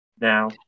now